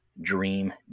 dream